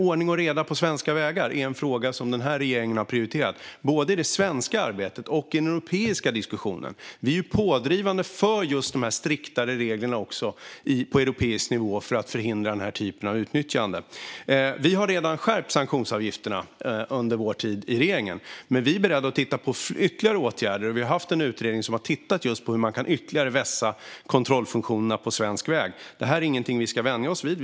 Ordning och reda på svenska vägar är en fråga som den här regeringen har prioriterat både i det svenska arbetet och i den europeiska diskussionen. Vi är pådrivande för just de här striktare reglerna också på europeisk nivå för att förhindra denna typ av utnyttjande. Vi har redan skärpt sanktionsavgifterna under vår tid i regeringen, men vi är beredda att titta på ytterligare åtgärder. Vi har haft en utredning som har tittat just på hur man ytterligare kan vässa kontrollfunktionerna på svensk väg. Detta är ingenting vi ska vänja oss vid.